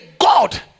God